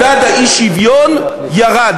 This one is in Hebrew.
מדד האי-שוויון ירד.